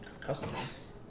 customers